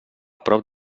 prop